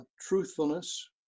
truthfulness